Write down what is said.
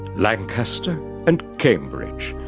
lancaster and cambridge,